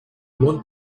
want